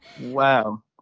Wow